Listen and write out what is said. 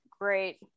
great